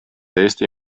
eesti